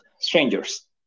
strangers